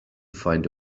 find